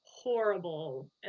horrible